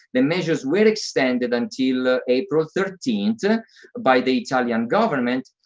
the measures were extended until april thirteenth by the italian government,